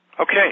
Okay